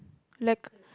like